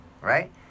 right